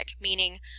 meaning